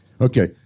Okay